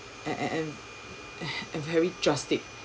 and and and and very drastic